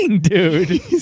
dude